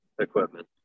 equipment